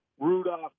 Rudolph